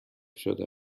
شده